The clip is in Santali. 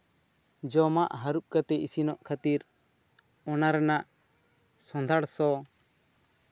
ᱡᱚᱢᱟᱜ ᱦᱟᱨᱩᱵ ᱠᱟᱛᱮᱫ ᱤᱥᱤᱱᱚᱜ ᱠᱷᱟᱹᱛᱤᱨ ᱚᱱᱟ ᱨᱮᱭᱟᱜ ᱥᱚᱸᱫᱷᱟᱬ ᱥᱚ